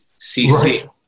CC